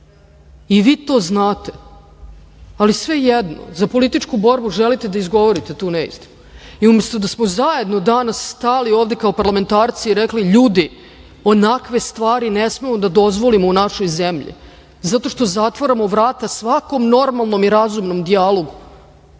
i vi to znate, ali svejedno. Za političku borbu želite da izgovorite tu neistinu i umesto da smo zajedno danas stali kao parlamentarci i rekli - ljudi onakve stvari ne smemo da dozvoliti u našoj zemlji, zato što zatvaramo vrata svakom normalnom i razumnom dijalogu,